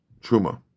truma